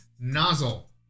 nozzle